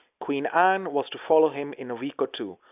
queen anne was to follow him in a week or two,